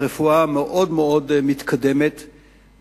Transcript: הרפואה מתקדמת מאוד,